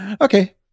Okay